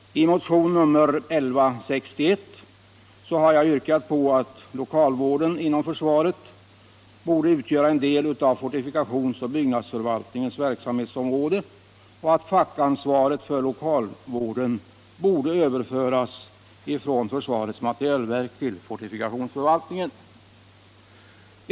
I motion nr 1161 har jag yrkat att lokalvården inom försvaret skall utgöra en del av fortifikationsoch byggnadsförvaltningens verksamhetsområde och att fackansvaret för lokalvården skall överföras från försvarets materielverk till fortifikationsförvaltningen.